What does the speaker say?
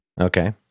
Okay